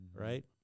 right